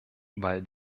weil